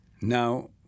Now